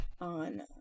on